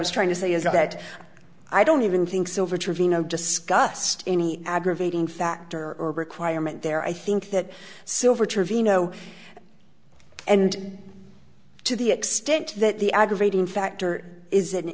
was trying to say is that i don't even think silver trevino discussed any aggravating factor or requirement there i think that silver trevino and to the extent that the aggravating factor is an